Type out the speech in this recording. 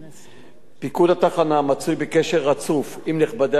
פיקוד התחנה מצוי בקשר רצוף עם נכבדי העדה הדרוזית,